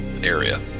area